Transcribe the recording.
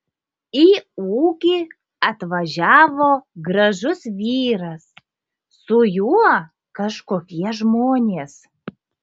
į ūkį atvažiavo gražus vyras su juo kažkokie žmonės